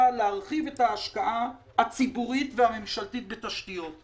בנוגע להרחבת ההשקעה הציבורית והממשלתית בתשתיות,